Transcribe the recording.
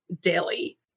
daily